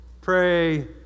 Pray